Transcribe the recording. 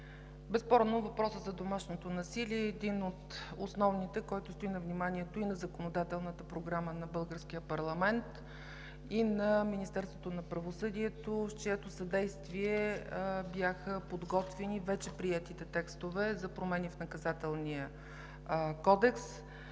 Безспорно въпросът за домашното насилие е един от основните, който стои на вниманието и на законодателната програма на българския парламент, и на Министерството на правосъдието, с чието съдействие бяха подготвени вече приетите текстове за промени в Наказателния кодекс.